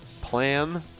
plan